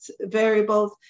variables